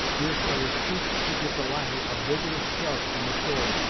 deerslayer stooped to give the latter a vigorous shove from the shore,